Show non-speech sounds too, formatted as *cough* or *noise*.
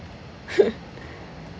*laughs*